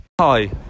Hi